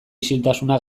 isiltasuna